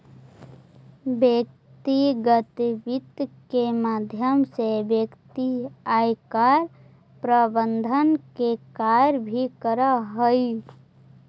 व्यक्तिगत वित्त के माध्यम से व्यक्ति आयकर प्रबंधन के कार्य भी करऽ हइ